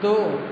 दो